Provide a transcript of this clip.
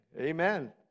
Amen